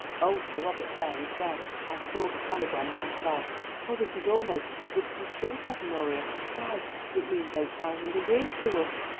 old sir robert's heir is dead. i saw the telegram myself oh, this is almost too good to be true, said honoria. why, it means eight thousand a year to us.